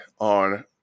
on